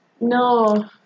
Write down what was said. No